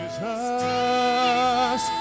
Jesus